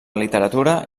literatura